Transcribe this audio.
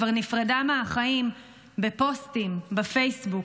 כבר נפרדה מהחיים בפוסטים בפייסבוק.